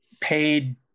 paid